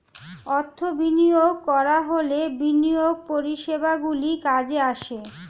অর্থ বিনিয়োগ করা হলে বিনিয়োগ পরিষেবাগুলি কাজে আসে